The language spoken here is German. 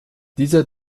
dieser